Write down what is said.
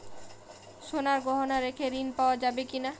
সোনার গহনা রেখে ঋণ পাওয়া যাবে কি?